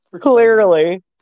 Clearly